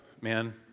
man